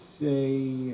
say